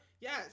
Yes